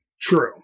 True